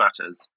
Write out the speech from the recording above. matters